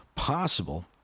possible